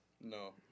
No